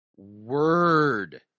word